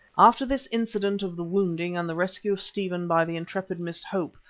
after this incident of the wounding and the rescue of stephen by the intrepid miss hope,